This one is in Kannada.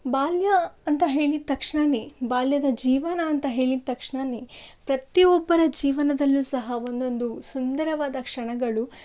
ಬಾಲ್ಯ ಅಂತ ಹೇಳಿದ ತಕ್ಷಣನೇ ಬಾಲ್ಯದ ಜೀವನ ಅಂತ ಹೇಳಿದ ತಕ್ಷಣನೇ ಪ್ರತಿ ಒಬ್ಬರ ಜೀವನದಲ್ಲೂ ಸಹ ಒಂದೊಂದು ಸುಂದರವಾದ ಕ್ಷಣಗಳು